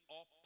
up